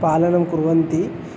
पालनं कुर्वन्ति